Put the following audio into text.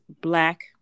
black